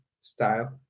style